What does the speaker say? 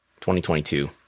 2022